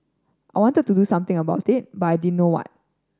I wanted to do something about it but I didn't know what